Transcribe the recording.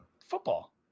Football